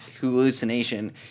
hallucination